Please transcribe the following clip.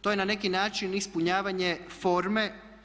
To je na neki način ispunjavanje forme.